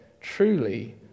Truly